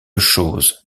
choses